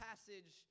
Passage